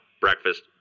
breakfast